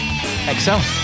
excel